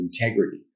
integrity